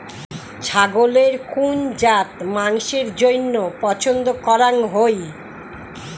ছাগলের কুন জাত মাংসের জইন্য পছন্দ করাং হই?